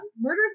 Murder's